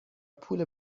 پول